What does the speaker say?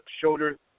shoulder